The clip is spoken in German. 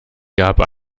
gab